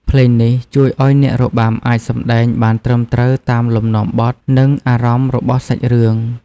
ភ្លេងនេះជួយឱ្យអ្នករបាំអាចសម្តែងបានត្រឹមត្រូវតាមលំនាំបទ និងអារម្មណ៍របស់សាច់រឿង។